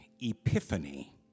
epiphany